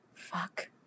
Fuck